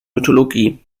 mythologie